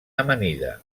amanida